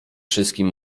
wszystkim